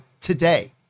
today